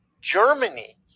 Germany